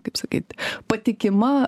kaip sakyt patikima